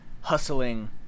hustling